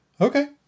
Okay